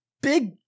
big